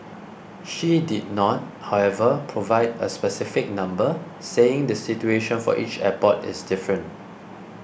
she did not however provide a specific number saying the situation for each airport is different